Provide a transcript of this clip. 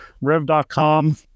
Rev.com